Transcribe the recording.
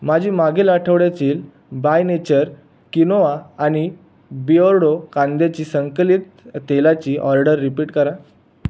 माझी मागील आठवड्याची बाय नेचर किनोवा आणि बिओर्डो कांद्याची संकलित तेलाची ऑर्डर रिपीट करा